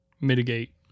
mitigate